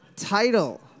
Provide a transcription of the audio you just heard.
title